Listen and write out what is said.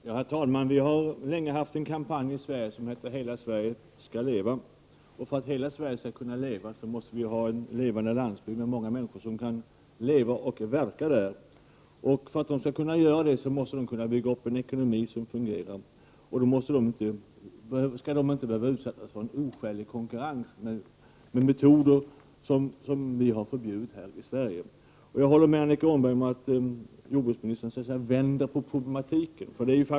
Herr talman! Vi har länge haft en kampanj i Sverige som heter ”Hela Sverige skall leva!” För att hela Sverige skall kunna leva måste vi ha en levande landsbygd med många människor som kan leva och verka där. För att de skall kunna göra det måste de kunna bygga upp en ekonomi som fungerar. De skall därför inte behöva utsättas för en oskälig konkurrens från varor som är framställda med metoder som har förbjudits i Sverige. Jag håller med Annika Åhnberg om att jordbruksministern så att säga vänder på problematiken.